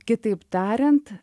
kitaip tariant